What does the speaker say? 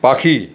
পাখি